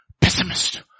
pessimist